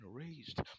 raised